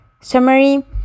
summary